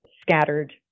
scattered